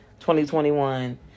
2021